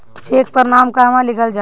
Check पर नाम कहवा लिखल जाइ?